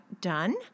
done